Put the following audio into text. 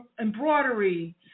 embroidery